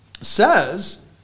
says